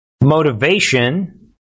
motivation